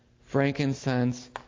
frankincense